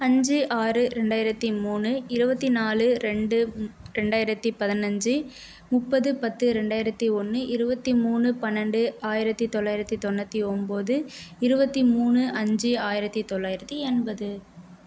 அஞ்சு ஆறு ரெண்டாயிரத்து மூணு இருபத்தினாலு ரெண்டு ரெண்டாயிரத்து பதினைஞ்சி முப்பது பத்து ரெண்டாயிரத்து ஒன்று இருபத்தி மூணு பன்னெண்டு ஆயிரத்து தொள்ளாயிரத்தி தொண்ணூற்றி ஒன்பது இருபத்தி மூணு அஞ்சு ஆயிரத்து தொள்ளாயிரத்தி எண்பது